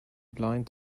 blind